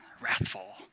wrathful